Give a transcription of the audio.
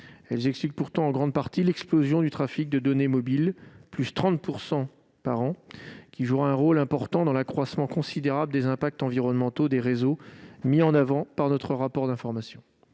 qu'elles expliquent en grande partie l'explosion du trafic de données mobiles- + 30 % par an -, qui jouera un rôle important dans l'accroissement considérable des impacts environnementaux des réseaux mis en avant dans notre rapport d'information.